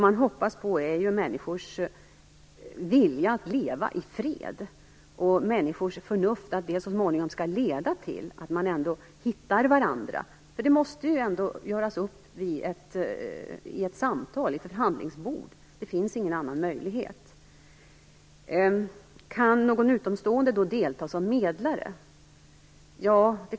Man hoppas ju på människors vilja att leva i fred och att människors förnuft så småningom skall leda till att man hittar varandra. Detta måste ju ändå göras upp i ett samtal vid ett förhandlingsbord. Det finns ingen annan möjlighet. Kan någon utomstående delta som medlare?